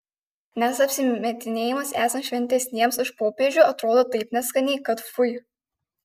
nes apsimetinėjimas esant šventesniems už popiežių atrodo taip neskaniai kad fui